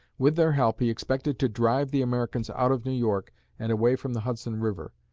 with their help, he expected to drive the americans out of new york and away from the hudson river.